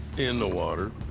in the water.